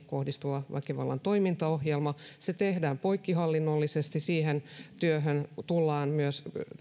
kohdistuvan väkivallan toimintaohjelma se tehdään poikkihallinnollisesti siihen työhön tullaan